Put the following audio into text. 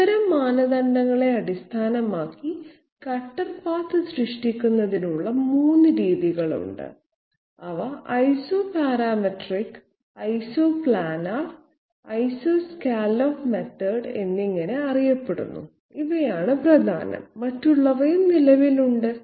അത്തരം മാനദണ്ഡങ്ങളെ അടിസ്ഥാനമാക്കി കട്ടർ പാത്ത് സൃഷ്ടിക്കുന്നതിനുള്ള 3 രീതികളുണ്ട് അവ ഐസോപാരാമാട്രിക് ഐസോപ്ലാനർ ഐസോസ്കല്ലോപ്പ് രീതി എന്നിങ്ങനെ അറിയപ്പെടുന്നു ഇവയാണ് പ്രധാനം മറ്റുള്ളവയും നിലവിലുണ്ട്